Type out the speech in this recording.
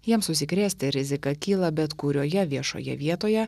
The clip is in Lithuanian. jiems užsikrėsti rizika kyla bet kurioje viešoje vietoje